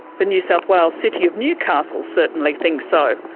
the new south wales city of newcastle certainly thinks so.